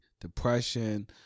depression